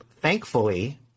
thankfully